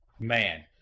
Man